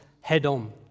head-on